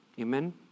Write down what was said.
Amen